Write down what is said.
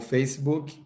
Facebook